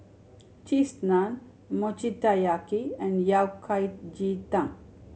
Cheese Naan Mochi Taiyaki and Yao Cai ji tang